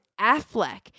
Affleck